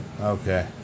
Okay